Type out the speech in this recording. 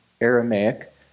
Aramaic